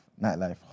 nightlife